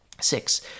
Six